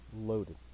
loaded